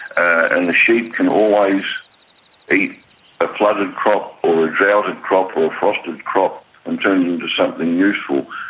and the sheep can always eat a flooded crop or a droughted crop or frosted crop and turn it into something useful.